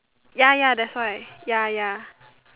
ya ya that's why ya ya